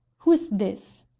who is this?